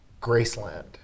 Graceland